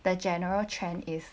the general trend is